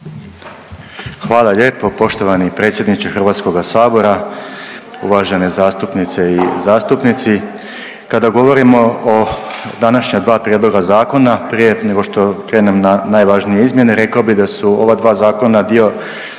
Hvala lijepo poštovani predsjedniče HS-a, uvažene zastupnice i zastupnici. Kada govorimo o današnja dva prijedloga zakona, prije nego što krenem na najvažnije izmjene, rekao bih da su ova dva zakona dio